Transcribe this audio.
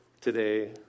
today